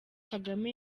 kagame